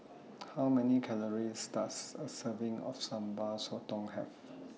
How Many Calories Does A Serving of Sambal Sotong Have